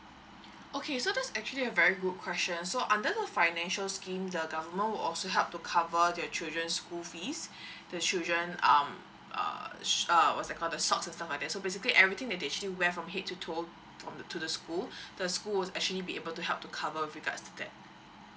okay so that's actually a very good question so under the financial scheme the government will also help to cover their children school fees the children um uh uh what's that called uh the socks and stuff like that so basically everything they still wear from head to toe uh to the school the school will actually be able to help to cover with regards to that